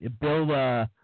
Bill